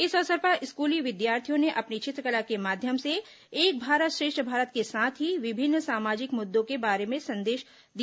इस अवसर पर स्कूली विद्यार्थियों ने अपनी चित्रकला के माध्यम से एक भारत श्रेष्ठ भारत के साथ ही विभिन्न सामाजिक मुद्दों के बारे में संदेश दिया